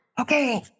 okay